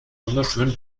wunderschön